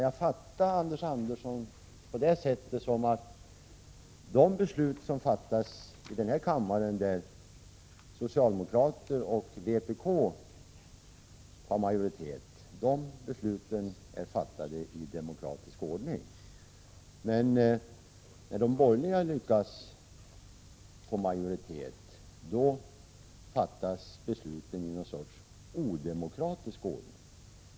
Jag uppfattade honom så att de beslut som fattas i denna kammare där socialdemokrater och vpk har majoritet är fattade i demokratisk ordning, men när de borgerliga lyckas få majoritet, då fattas besluten i någon sorts odemokratisk ordning.